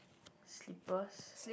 slippers